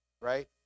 right